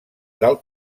del